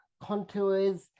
contours